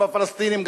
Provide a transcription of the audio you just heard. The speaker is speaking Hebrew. גם הפלסטינים,